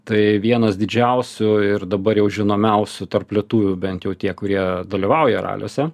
tai vienas didžiausių ir dabar jau žinomiausių tarp lietuvių bent jau tie kurie dalyvauja raliuose